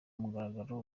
mugaragaro